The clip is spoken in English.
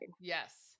Yes